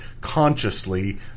consciously